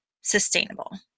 sustainable